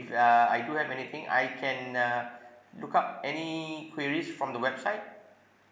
if uh I do have anything I can uh look up any queries from the website